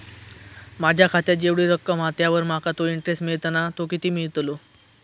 माझ्या खात्यात जेवढी रक्कम हा त्यावर माका तो इंटरेस्ट मिळता ना तो किती मिळतलो?